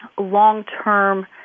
long-term